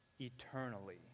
eternally